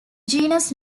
genus